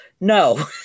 No